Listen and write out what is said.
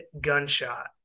gunshot